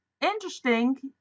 interesting